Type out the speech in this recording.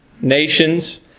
nations